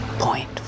Point